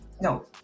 no